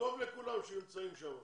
טוב לכולם שהם נמצאים שם.